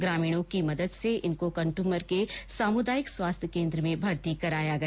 ग्रामीणों की मदद से इनको कट्रमर के सामुदायिक स्वास्थ्य केन्द्र में भर्ती कराया गया